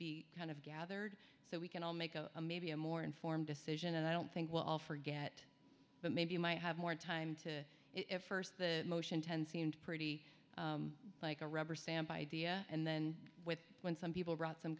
be kind of gathered so we can all make a maybe a more informed decision and i don't think we'll all forget but maybe you might have more time to it st the motion ten seemed pretty like a rubber stamp idea and then with when some people brought some